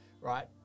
right